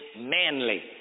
manly